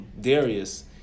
Darius